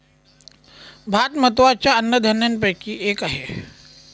भात महत्त्वाच्या अन्नधान्यापैकी एक आहे